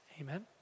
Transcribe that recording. Amen